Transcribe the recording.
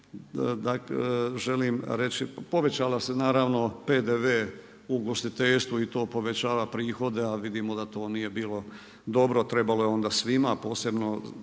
strane želim reći povećao se PDV u ugostiteljstvu i to povećava prihode, a vidimo da to nije bilo dobro. Trebalo je onda svima posebno